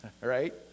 right